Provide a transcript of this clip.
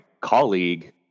colleague